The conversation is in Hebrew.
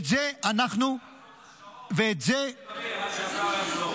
תעצור את השעון,